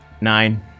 Nine